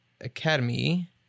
Academy